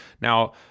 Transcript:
Now